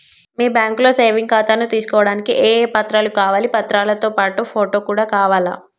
మీ బ్యాంకులో సేవింగ్ ఖాతాను తీసుకోవడానికి ఏ ఏ పత్రాలు కావాలి పత్రాలతో పాటు ఫోటో కూడా కావాలా?